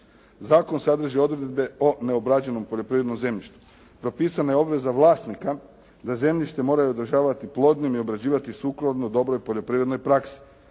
Zakon sadrži odredbe o neobrađenom poljoprivrednom zemljištu. Propisana je obveza vlasnika da zemljište moraju održavati plodnim i obrađivati sukladno dobroj poljoprivrednoj praksi.